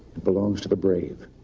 it belongs to the brave.